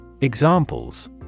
Examples